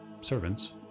servants